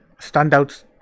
standouts